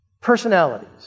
personalities